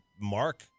mark